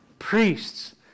priests